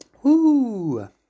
Woo